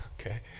Okay